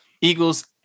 Eagles